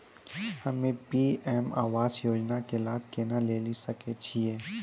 हम्मे पी.एम आवास योजना के लाभ केना लेली सकै छियै?